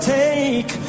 take